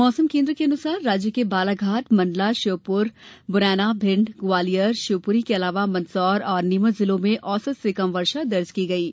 मौसम केंद्र के अनुसार राज्य के बालाघाट मंडला श्योपुर मुरैना मिंड ग्वालियर शिवपुरी के अलावा मंदसौर और नीमच जिलों में औसत से कम वर्षा दर्ज की गयी है